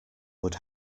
would